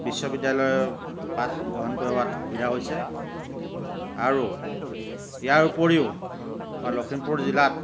বিশ্ববিদ্যালয়ৰ পাঠ গ্ৰহণ কৰাত সুবিধা হৈছে আৰু ইয়াৰ উপৰিও আমাৰ লখিমপুৰ জিলাত